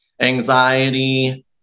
anxiety